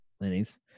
Lenny's